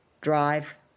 drive